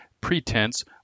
pretense